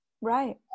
Right